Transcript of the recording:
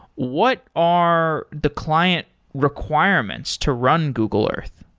what are the client requirements to run google earth?